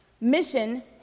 Mission